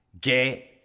get